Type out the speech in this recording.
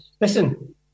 Listen